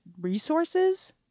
resources